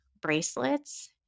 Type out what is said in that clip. bracelets